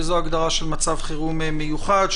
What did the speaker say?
וזו ההגדרה של מצב חירום מיוחד,